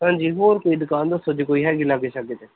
ਹਾਂਜੀ ਹੋਰ ਕੋਈ ਦੁਕਾਨ ਦੱਸੋ ਜੇ ਕੋਈ ਹੈਗੀ ਲਾਗੇ ਸ਼ਾਗੇ ਜੇ